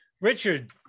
Richard